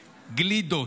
גלידות,